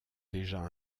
déjà